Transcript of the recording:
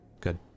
Good